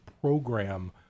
program